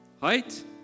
Height